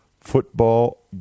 football